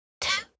two